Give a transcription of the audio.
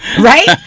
right